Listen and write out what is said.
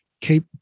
keep